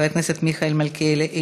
חבר הכנסת איציק שמולי,